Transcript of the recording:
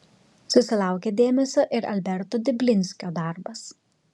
susilaukė dėmesio ir alberto diblinskio darbas